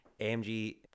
AMG